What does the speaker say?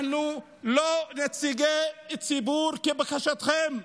אנחנו לא נציגי ציבור כבקשתכם,